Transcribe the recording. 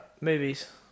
movies